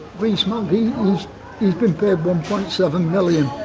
rees-mogg, he's been paid one point seven million.